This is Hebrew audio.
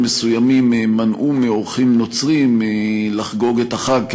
מסוימים מנעו מאורחים נוצרים לחגוג את החג,